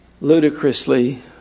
ludicrously